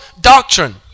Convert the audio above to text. doctrine